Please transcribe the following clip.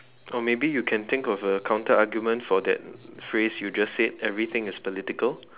or maybe you can think of a counter argument for that phrase you just said everything is political